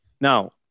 Now